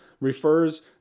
refers